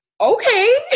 okay